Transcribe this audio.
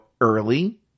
early